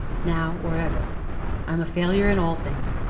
now, or ever i am a failure in all things,